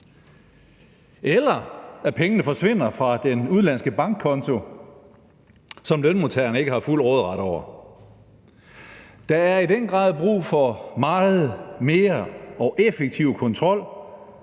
eller som forsvinder fra den udenlandske bankkonto, som lønmodtageren ikke har fuld råderet over. Der er i den grad brug for meget mere og effektiv kontrol,